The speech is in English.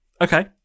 Okay